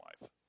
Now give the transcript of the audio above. life